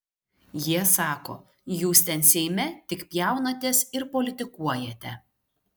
jie sako jūs ten seime tik pjaunatės ir politikuojate